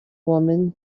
woman